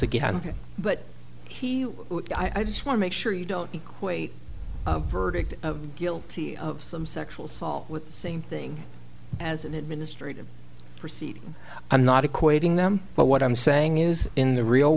again but i just want to make sure you don't equate verdict guilty of some sexual assault with same thing as an administrative receipt i'm not equating them but what i'm saying is in the real